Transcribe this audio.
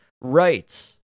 rights